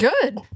Good